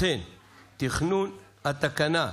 לכן תכנון, התקנה,